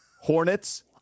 hornets